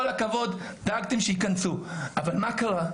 כל הכבוד, דאגתם שייכנסו, אבל מה קרה?